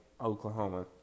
Oklahoma